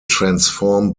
transform